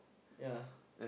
ya